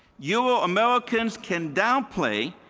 euro americans can down play,